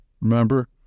Remember